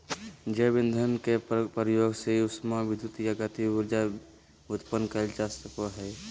जैव ईंधन के प्रयोग से उष्मा विद्युत या गतिज ऊर्जा उत्पन्न कइल जा सकय हइ